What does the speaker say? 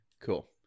Cool